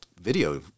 video